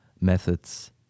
methods